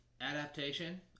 adaptation